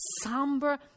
somber